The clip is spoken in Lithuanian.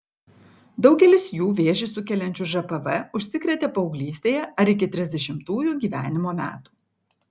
daugelis jų vėžį sukeliančiu žpv užsikrėtė paauglystėje ar iki trisdešimtųjų gyvenimo metų